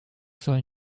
sollen